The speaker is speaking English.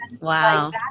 Wow